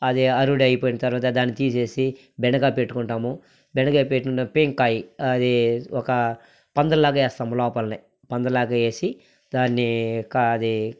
అది అరుడైపోయిన తరువాత దాన్ని తీసేసి బెండకా పెట్టుకుంటాము బెండకాయ పెట్టిన బింకాయ్ అది ఒక అయిపోయిన తరువాత పందెల్లాగా ఏస్తాము లోపలనే పందేలాగా ఏసి దాన్ని కా అది